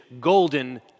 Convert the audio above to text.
golden